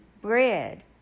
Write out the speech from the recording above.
bread